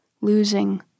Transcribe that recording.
losing